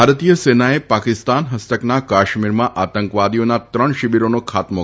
ભારતીય સેનાએ પાકિસ્તાન ફસ્તકના કાશ્મીરમાં આતંકવાદીઓના ત્રણ શિબિરોનો ખાત્મો